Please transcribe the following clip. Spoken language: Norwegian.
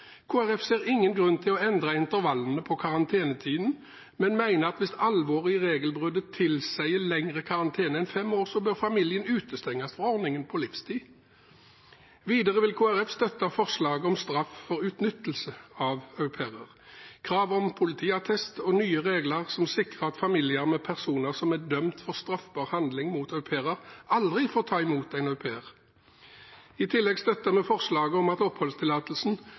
ser ingen grunn til å endre intervallene på karantenetiden, men mener at hvis alvoret i regelbruddet tilsier lengre karantene enn fem år, bør familien utestenges fra ordningen på livstid. Videre vil Kristelig Folkeparti støtte forslaget om straff for utnyttelse av au pairer og krav om politiattest og nye regler som sikrer at familier med personer som er dømt for straffbar handling mot au pairer, aldri får ta imot en au pair. I tillegg støtter vi